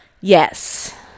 Yes